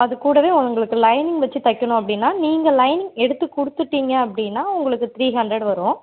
அதுக்கூடவே உங்களுக்கு லைனிங் வச்சு தைக்கணும் அப்படின்னா நீங்கள் லைனிங் எடுத்துகிட்டு கொடுத்துட்டீங்க அப்படின்னா உங்களுக்கு த்ரீ ஹண்ரட் வரும்